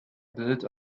built